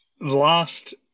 last